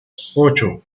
ocho